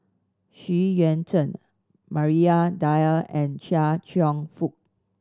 Xu Yuan Zhen Maria Dyer and Chia Cheong Fook